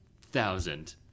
thousand